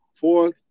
fourth